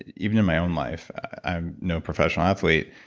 even in my own life. i'm no professional athlete,